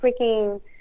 freaking